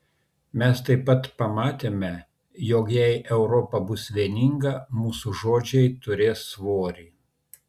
mes taip pat pamatėme jog jei europa bus vieninga mūsų žodžiai turės svorį